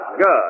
good